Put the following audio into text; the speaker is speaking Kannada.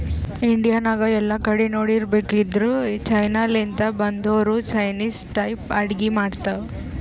ಇಂಡಿಯಾ ನಾಗ್ ಎಲ್ಲಾ ಕಡಿ ನೋಡಿರ್ಬೇಕ್ ಇದ್ದೂರ್ ಚೀನಾ ಲಿಂತ್ ಬಂದೊರೆ ಚೈನಿಸ್ ಟೈಪ್ ಅಡ್ಗಿ ಮಾಡ್ತಾವ್